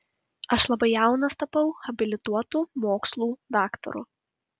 aš labai jaunas tapau habilituotu mokslų daktaru